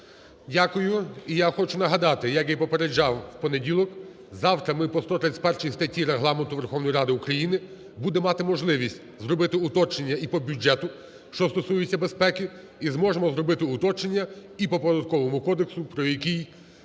Дякую. І я хочу нагадати, як я і попереджав у понеділок, завтра ми по 131 статті Регламенту Верховної Ради України будемо мати можливість зробити уточнення і по бюджету, що стосується безпеки, і зможемо зробити уточнення і по Податковому кодексу, по якому